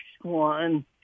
one